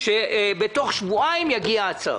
שבתוך שבועיים יגיע הצו.